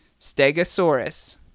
Stegosaurus